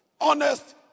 Honest